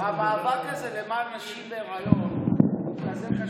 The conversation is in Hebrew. המאבק הזה למען נשים בהיריון כזה חשוב.